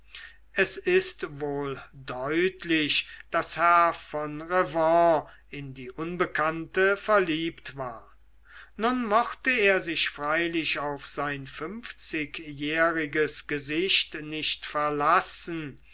es ist wohl deutlich daß herr von revanne in die unbekannte verliebt war nun mochte er sich freilich auf sein funfzigjähriges gesicht nicht verlassen